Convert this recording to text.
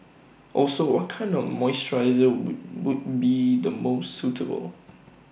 also what kind of moisturiser would would be the most suitable